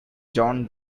john